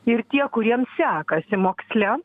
ir tie kuriems sekasi moksle